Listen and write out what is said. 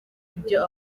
ibyo